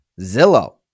Zillow